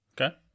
Okay